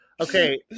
Okay